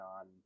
on